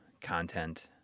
content